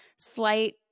slight